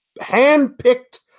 hand-picked